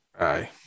Aye